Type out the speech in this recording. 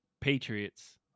Patriots